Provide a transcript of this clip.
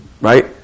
Right